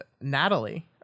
Natalie